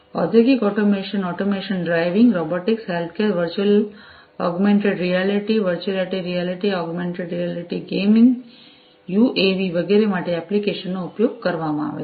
ઔદ્યોગિક automation autonomous driving robotics healthcare virtual augmented reality virtual reality augmented reality gaming UAV વગેરે માટે એપ્લિકેશ નો ઉપયોગ કરવામાં આવે છે